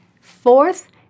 Fourth